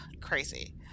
Crazy